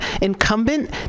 incumbent